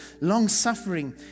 long-suffering